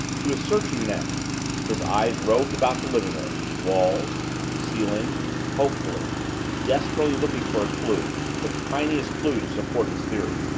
he was searching now his eyes roved about the living-room walls ceiling hopefully desperately looking for a clue the tiniest clue to support his theory.